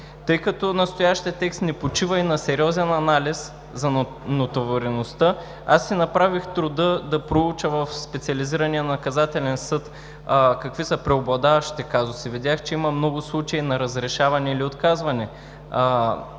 Тъй като настоящият текст не почива и на сериозен анализ за натовареността, аз си направих труда да проуча в Специализирания наказателен съд какви са преобладаващите казуси. Видях, че има много случаи на разрешаване или отказване